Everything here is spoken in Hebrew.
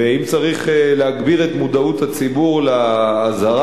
ואם צריך להגביר את מודעות הציבור לאזהרה